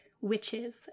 witches